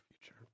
future